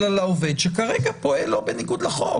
על העובד שכרגע לא פועל בניגוד לחוק.